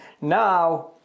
Now